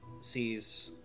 sees